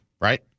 right